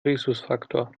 rhesusfaktor